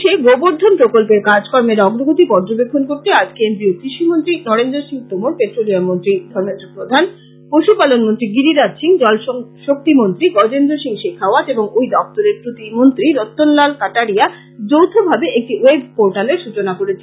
সমগ্র দেশে গোবর্দ্ধন প্রকল্পের কাজকর্মের অগ্রগতি পর্যবেক্ষণ করতে আজ কেন্দ্রীয় কৃষিমন্ত্রী নরেন্দ্র সিং তোমর পেট্রোলিয়াম মন্ত্রী ধর্মেন্দ্র প্রধান পশুপালন মন্ত্রী গিরিরাজ সিং জলশক্তি মন্ত্রী গজেন্দ্র সিং শেখাওয়াত এবং ঐ দপ্তরের প্রতি মন্ত্রী রত্তনলাল কাটারিয়া যৌথভাবে একটি ওয়েব পোর্টালের সচনা করেছেন